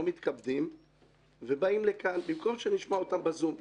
מתכבדים ובאים לכאן במקום שנשמע אותם בזום.